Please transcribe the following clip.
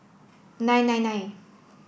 nine nine nine